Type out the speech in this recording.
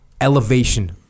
elevation